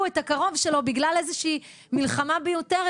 את הקרוב שלו בגלל איזושהי מלחמה מיותרת,